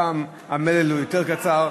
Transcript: הפעם המלל הוא יותר קצר.